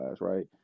right